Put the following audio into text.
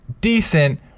decent